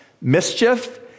mischief